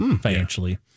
financially